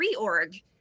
reorg